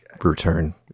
return